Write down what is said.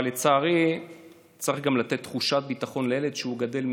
אבל לצערי צריך גם לתת תחושת ביטחון לילד שגדל,